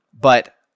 but-